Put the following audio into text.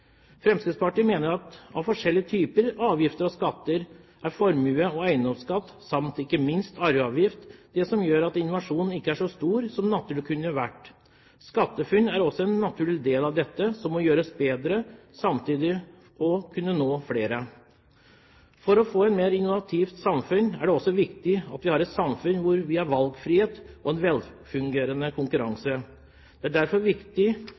Fremskrittspartiet mener at av forskjellige typer avgifter og skatter er formues- og eiendomsskatt samt ikke minst arveavgift det som gjør at innovasjonen ikke er så stor som den naturlig kunne vært. SkatteFUNN-ordningen er også en naturlig del av dette, som må gjøres bedre for å kunne nå flere. For å få et mer innovativt samfunn er det også viktig at vi har et samfunn der vi har valgfrihet og velfungerende konkurranse. Det er derfor viktig